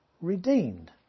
redeemed